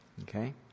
Okay